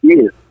Yes